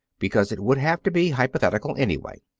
because it would have to be hypothetical, anyway.